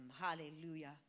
Hallelujah